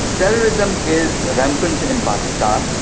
terrorism is rampant in pakistan.